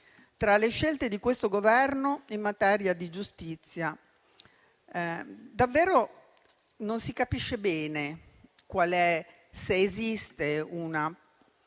tra le scelte di questo Governo in materia di giustizia: davvero non si capisce bene se esiste una